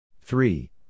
Three